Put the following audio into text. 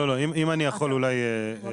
אם אני יכול לענות.